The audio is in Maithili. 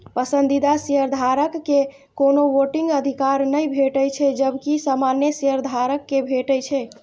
पसंदीदा शेयरधारक कें कोनो वोटिंग अधिकार नै भेटै छै, जबकि सामान्य शेयधारक कें भेटै छै